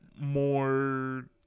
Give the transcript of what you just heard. more